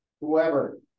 whoever